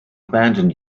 abandon